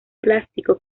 plástico